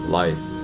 life